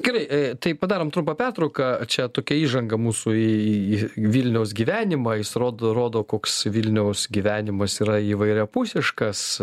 gerai tai padarom trumpą pertrauką čia tokia įžanga mūsų į vilniaus gyvenimą jis rodo rodo koks vilniaus gyvenimas yra įvairiapusiškas